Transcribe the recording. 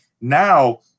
now